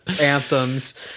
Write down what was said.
anthems